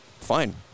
fine